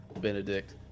Benedict